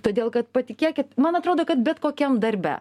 todėl kad patikėkit man atrodo kad bet kokiam darbe